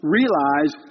realize